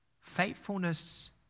Faithfulness